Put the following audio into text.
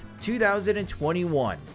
2021